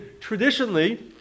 traditionally